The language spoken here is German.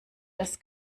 das